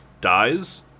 dies